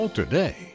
today